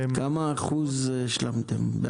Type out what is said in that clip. כמה אחוזים השלמתם?